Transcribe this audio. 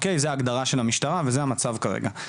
זאת ההגדרה של המשטרה וזה המצב כרגע.